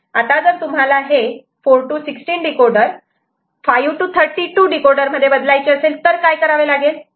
आता जर तुम्हाला हे 4 to 16 डीकोडर 5 to 32 डीकोडर मध्ये बदलायचे असेल तर काय करावे लागेल